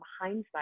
hindsight